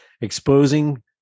exposing